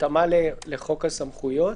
התאמה לחוק הסמכויות